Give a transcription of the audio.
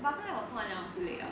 by time 我冲完凉我就累了